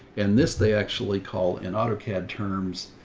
and this, they actually call in autocad terms,